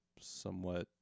somewhat